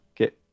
Okay